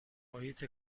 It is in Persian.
محیط